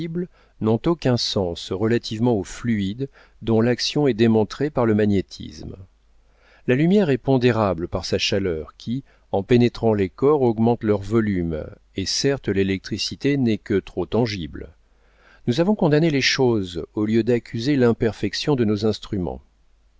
n'ont aucun sens relativement au fluide dont l'action est démontrée par le magnétisme la lumière est pondérable par sa chaleur qui en pénétrant les corps augmente leur volume et certes l'électricité n'est que trop tangible nous avons condamné les choses au lieu d'accuser l'imperfection de nos instruments